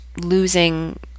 losing